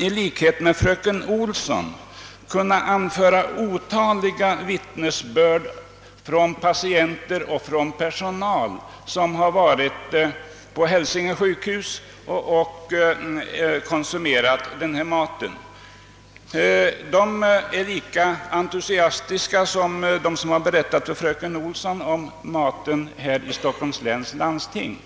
I likhet med fröken Olsson skulle jag kunna anföra otaliga vittnesbörd från patienter och personal på Hälsinge sjukhus som ätit den här maten, och de är lika entusiastiska som de som berättat för fröken Olsson om maten vid Stockholms läns landstings